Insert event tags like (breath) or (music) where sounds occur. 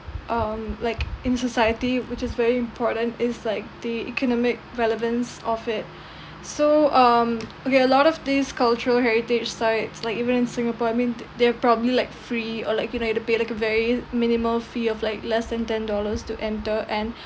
um like in society which is very important is like the economic relevance of it (breath) so um okay a lot of these cultural heritage sites like even in singapore I mean (noise) they're probably like free or like you (noise) need to pay like a very minimal fee of like less than ten dollars to enter and (breath)